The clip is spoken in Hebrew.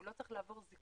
הוא לא צריך לעבור זיקוק,